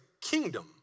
kingdom